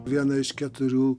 viena iš keturių